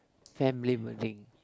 family meeting